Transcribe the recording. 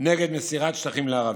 נגד מסירת שטחים לערבים.